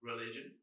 Religion